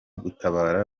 gutabara